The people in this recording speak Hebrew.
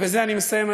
ובזה אני מסיים,